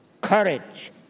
courage